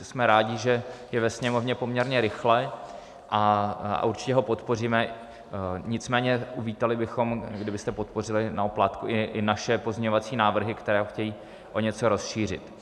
Jsme rádi, že je ve Sněmovně poměrně rychle, a určitě ho podpoříme, nicméně bychom uvítali, kdybyste podpořili na oplátku i naše pozměňovací návrhy, které ho chtějí o něco rozšířit.